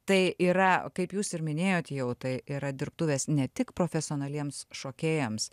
tai yra kaip jūs ir minėjot jau tai yra dirbtuvės ne tik profesionaliems šokėjams